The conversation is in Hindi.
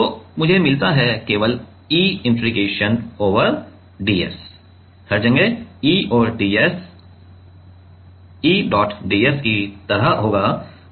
तो मुझे मिलता है केवल E इंटीग्रेशन ओवर ds हर जगह E और ds E डॉट ds की तरह होगा दिशा एक ही है